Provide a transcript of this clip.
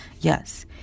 Yes